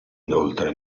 inoltre